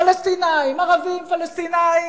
פלסטינים, ערבים פלסטינים,